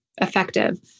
effective